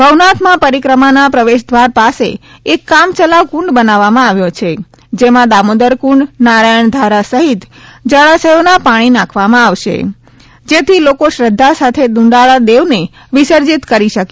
ભવનાથમાં પરિકમા ના પ્રવેશદ્વાર પાસે એક કામ ચલાવ કુંડ બનાવવમાં આવ્યો છે જેમાં દામોદર કુંડ નારાયજ્ઞ ધારા સહિત જલાશયોના પાણી નાખવામાં આવશે જેથી લોકો શ્રદ્ધા સાથે દુંદાળા દેવને વિસર્જિત કરી શકે